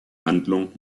handlung